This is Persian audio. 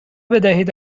بدهید